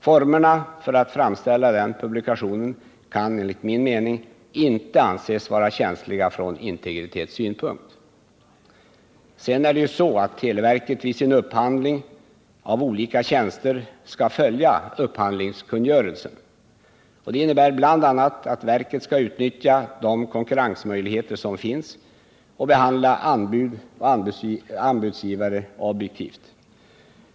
Formerna för framställning av denna publikation kan, enligt min mening, inte anses vara känsliga från integritetssynpunkt. Sedan är det ju så att televerket i sin upphandling av olika tjänster skall följa upphandlingskungörelsen. Det innebär bl.a. att verket skall utnyttja de konkurrensmöjligheter som finns och behandla anbud och anbudsgivare objektivt.